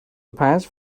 پنج